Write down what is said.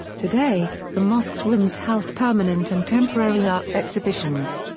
today, the mosque's rooms house permanent and temporary art exhibitions.